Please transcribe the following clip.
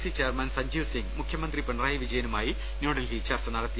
C chairman Sanjeev Singh മുഖ്യമന്ത്രി പിണറായി വിജയനുമായി ന്യൂഡൽഹിയിൽ ചർച്ച നടത്തി